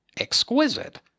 Exquisite